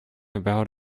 about